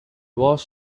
was